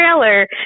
trailer